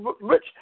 rich